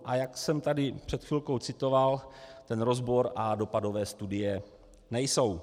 A jak jsem tady před chvilkou citoval, rozbor a dopadové studie nejsou.